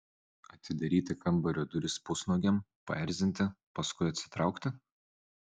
atidaryti kambario duris pusnuogiam paerzinti paskui atsitraukti